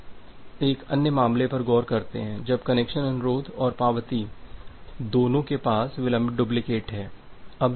अब एक अन्य मामले पर गौर करते हैं जब कनेक्शन अनुरोध और पावती दोनों के पास विलंबित डुप्लिकेट है